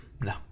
No